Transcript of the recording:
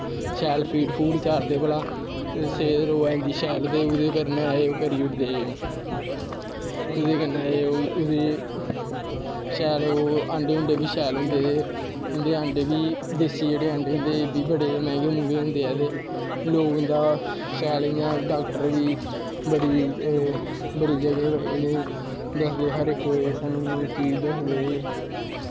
शैल फीट फूट चाढ़दे भला सेह्त र'वै इं'दी शैल ते एह्दे कन्नै एह् ओह् करी ओड़दे एह्दे कन्नै एह् ओह्दे शैल अंडे उंडे बी शैल होंदे उं'दे अंडे जेह्के देसी अंडे होंदे ऐं एह् बी मैंह्गे मूंह्गे होंदे ऐं ते लोग इं'दा शैल इ'यां डाक्टर बी बड़ा ज'गा इ'नें हर इक सानू चीज दसदे